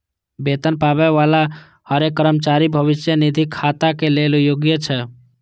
वेतन पाबै बला हरेक कर्मचारी भविष्य निधि खाताक लेल योग्य होइ छै